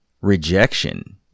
rejection